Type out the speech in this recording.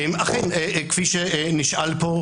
אכן כפי שנשאל פה,